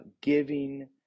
giving